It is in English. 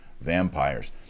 vampires